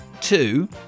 Two